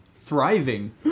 thriving